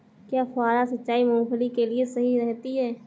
क्या फुहारा सिंचाई मूंगफली के लिए सही रहती है?